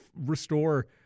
restore